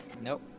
Nope